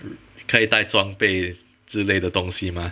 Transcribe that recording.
可以带装备之类的东西吗